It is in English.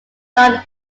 done